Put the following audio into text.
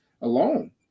alone